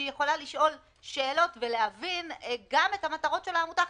שהיא יכולה לשאול שאלות ולהבין גם את המטרות של העמותה?